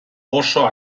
oso